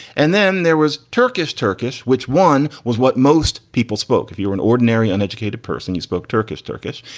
and then there was turkish. turkish, which one was what? most people spoke. if you were an ordinary, uneducated person, you spoke turkish, turkish,